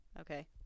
Okay